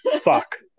fuck